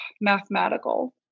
mathematical